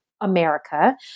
America